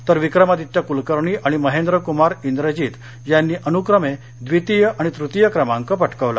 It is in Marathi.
तर विक्रमादित्य कुलकर्णी आणि महेंद्रकुमार इंद्रजीत यांनी अनुक्रमे द्वितीय आणि तृतीय क्रमांक पटकावला